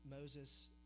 Moses